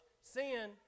Sin